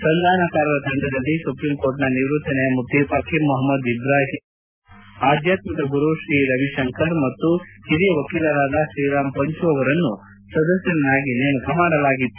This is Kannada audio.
ಸಂಧಾನಕಾರರ ತಂಡದಲ್ಲಿ ಸುಪ್ರೀಂ ಕೋರ್ಟ್ನ ನಿವೃತ್ತ ನ್ವಾಯಮೂರ್ತಿ ಫಕೀರ್ ಮೊಹಮ್ನದ್ ಇಬ್ರಾಹಿಂ ಕಲೀಫುಲ್ಲಾ ಆಧ್ವಾತ್ಮಿಕ ಗುರು ಶ್ರೀ ರವಿಶಂಕರ್ ಮತ್ತು ಹಿರಿಯ ವಕೀಲರಾದ ಶ್ರೀರಾಮ್ ಪಂಚು ಅವರನ್ನು ಸದಸ್ಟರನ್ನಾಗಿ ನೇಮಕ ಮಾಡಲಾಗಿತ್ತು